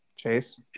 Chase